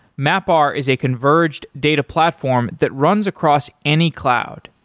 mapr is a converged data platform that runs across any cloud.